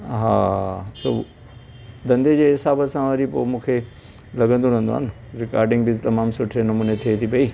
हा धंधे जे हिसाबु सां वरी पोइ मूंखे लॻंदो रहंदो आहे न रिकॉर्डिंग बि तमामु सुठे नमूने थिए थी पई